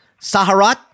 Saharat